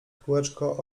kółeczko